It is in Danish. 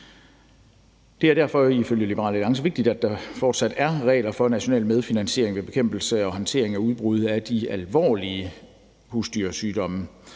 vigtigt, at der fortsat er regler for national medfinansiering ved bekæmpelse og håndtering af udbrud af de alvorlige husdyrsygdomme,